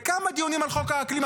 לכמה דיונים על חוק האקלים,